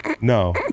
no